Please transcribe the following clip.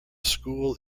school